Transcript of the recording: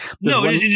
no